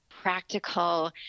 practical